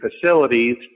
facilities